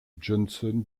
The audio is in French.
johnson